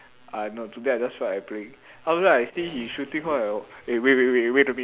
ah no today I just feel like playing all the way I see he shooting what eh wait wait wait wait a minute